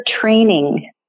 training